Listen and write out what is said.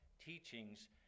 teachings